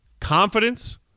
Confidence